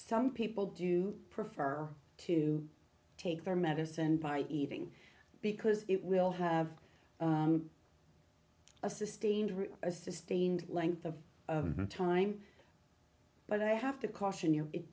some people do prefer to take their medicine by eating because it will have a sustained a sustained length of time but i have to caution you it